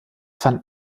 fanden